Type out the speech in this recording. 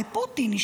לפוטין,